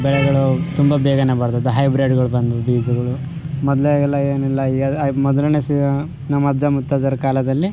ಬೆಳೆಗಳು ತುಂಬ ಬೇಗನೆ ಬರ್ತದ ಹೈಬ್ರೀಡ್ಗಳು ಬಂದು ಬೀಜಗಳು ಮೊದಲೆಗೆಲ್ಲ ಏನಿಲ್ಲ ಏ ಅದು ಮೊದ್ಲೆ ಸಹ ನಮ್ಮ ಅಜ್ಜ ಮುತ್ತಜ್ಜರ ಕಾಲದಲ್ಲಿ